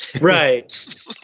right